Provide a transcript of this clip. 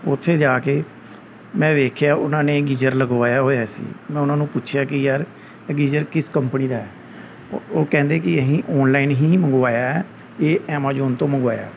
ਉੱਥੇ ਜਾ ਕੇ ਮੈਂ ਵੇਖਿਆ ਉਹਨਾਂ ਨੇ ਗੀਜ਼ਰ ਲਗਵਾਇਆ ਹੋਇਆ ਸੀ ਮੈਂ ਉਹਨਾਂ ਨੂੰ ਪੁੱਛਿਆ ਕਿ ਯਾਰ ਇਹ ਗੀਜ਼ਰ ਕਿਸ ਕੰਪਨੀ ਦਾ ਹੈ ਉਹ ਉਹ ਕਹਿੰਦੇ ਕਿ ਅਸੀਂ ਔਨਲਾਈਨ ਹੀ ਮੰਗਵਾਇਆ ਹੈ ਇਹ ਐਮਾਜੋਨ ਤੋਂ ਮੰਗਵਾਇਆ